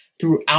throughout